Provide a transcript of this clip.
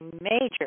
major